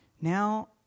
Now